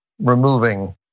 removing